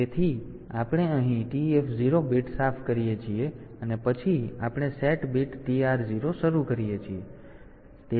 તેથી આપણે અહીં TF0 બીટ સાફ કરીએ છીએ અને પછી આપણે સેટ બીટ TR0 શરૂ કરીએ છીએ